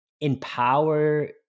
empower